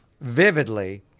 vividly